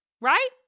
right